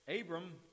Abram